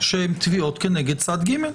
שהן תביעות כנגד צד ג'.